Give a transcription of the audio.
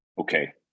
okay